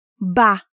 ba